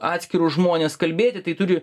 atskirus žmones kalbėti tai turi